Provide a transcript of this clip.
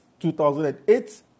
2008